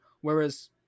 whereas